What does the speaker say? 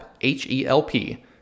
H-E-L-P